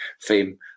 fame